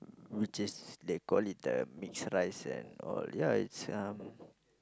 which is they call it uh mix rice and all ya it's um